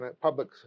public